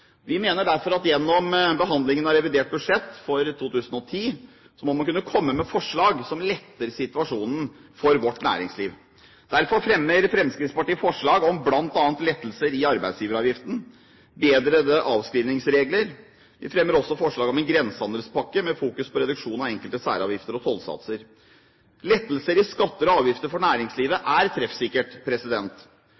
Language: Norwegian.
Vi mener derfor at gjennom behandlingen av revidert budsjett for 2010 må man kunne komme med forslag som letter situasjonen for vårt næringsliv. Derfor fremmer Fremskrittspartiet forslag om bl.a. lettelser i arbeidsgiveravgiften og bedrede avskrivningsregler. Vi fremmer også forslag om en grensehandelspakke med fokus på reduksjon av enkelte særavgifter og tollsatser. Lettelser i skatter og avgifter for næringslivet